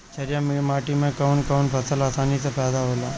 छारिया माटी मे कवन कवन फसल आसानी से पैदा होला?